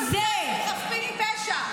היא אומרת שאנחנו הפצצנו חפים מפשע.